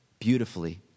beautifully